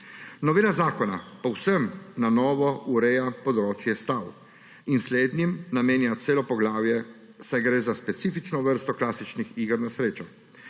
Novela zakona povsem na novo ureja področje stav in slednjim namenja celo poglavje, saj gre za specifično vrsto klasičnih iger na srečo.